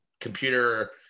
computer